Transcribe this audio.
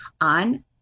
on